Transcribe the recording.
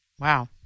Wow